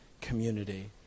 community